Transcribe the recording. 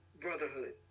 Brotherhood